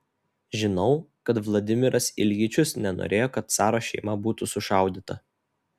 žinau kad vladimiras iljičius nenorėjo kad caro šeima būtų sušaudyta